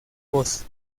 voz